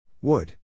Wood